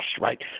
right